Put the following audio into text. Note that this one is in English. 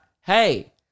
hey